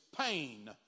pain